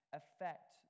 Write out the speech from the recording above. affect